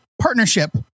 partnership